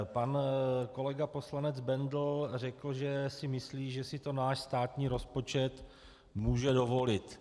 Pan kolega poslanec Bendl řekl, že si myslí, že si to náš státní rozpočet může dovolit.